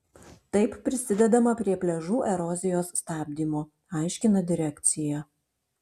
taip prisidedama prie pliažų erozijos stabdymo aiškina direkcija